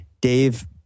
Dave